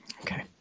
Okay